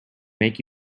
make